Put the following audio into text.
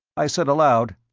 i said aloud,